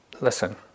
Listen